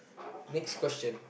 next question